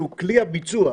שהוא כלי הביצוע,